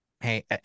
Hey